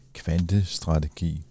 kvantestrategi